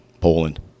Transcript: Poland